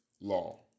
law